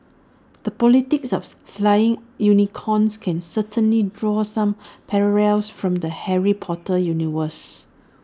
the politics of slaying unicorns can certainly draw some parallels from the Harry Potter universe